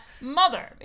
Mother